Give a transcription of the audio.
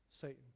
Satan